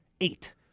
eight